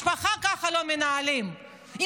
משפחה לא מנהלים ככה.